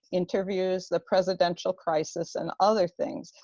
interviews, the presidential crisis and other things.